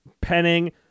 Penning